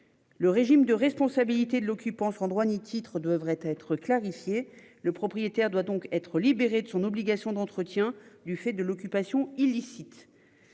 Le régime de responsabilité de l'occupant sans droit ni titre devrait être. Le propriétaire doit donc être libéré de son obligation d'entretien du fait de l'occupation illicite.